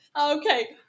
okay